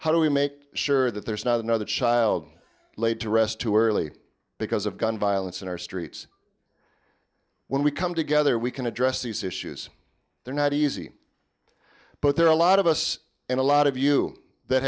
how do we make sure that there's not another child laid to rest too early because of gun violence in our streets when we come together we can address these issues they're not easy but there are a lot of us and a lot of you that